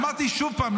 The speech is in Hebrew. אמרתי שוב פעם,